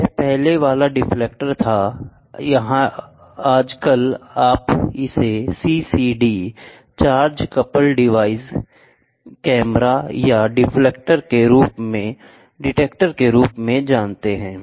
यह पहले वाला डिटेक्टर था या आजकल आप इसे CCD charge couple device camera या डिटेक्टर के रूप में बना सकते हैं